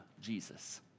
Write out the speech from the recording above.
Jesus